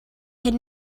had